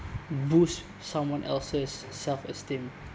boost someone else's self esteem